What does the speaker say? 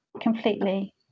completely